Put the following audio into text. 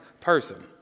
person